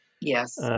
yes